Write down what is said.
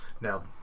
Now